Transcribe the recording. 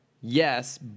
yes